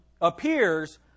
appears